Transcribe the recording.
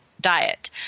diet